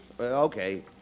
Okay